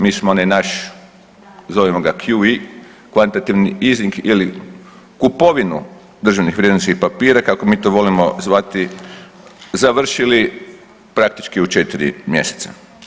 Mi smo onaj naš, zovemo ga QI, kvantativni izing ili kupovinu državnih vrijednosnih papira, kako mi to volimo zvati, završili praktički u 4 mjeseca.